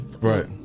Right